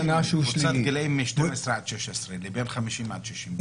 קבוצת גילאים 12 עד 16 לבין גילאי 50 עד 60?